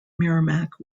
merrimac